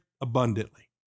abundantly